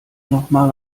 nochmal